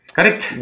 Correct